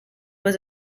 was